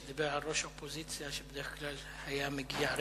שדיבר על ראש האופוזיציה שבדרך כלל היה מגיע.